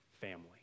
Family